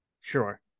Sure